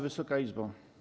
Wysoka Izbo!